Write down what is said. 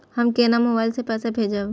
हम केना मोबाइल से पैसा भेजब?